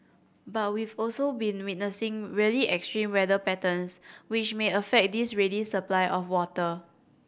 but we've also been witnessing really extreme weather patterns which may affect this ready supply of water